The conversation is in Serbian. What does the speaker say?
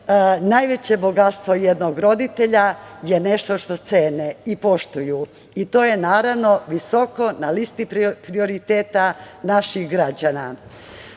najveće bogatstvo jednog roditelja je nešto što cene i poštuju i to je naravno visoko na listi prioriteta naših građana. Ono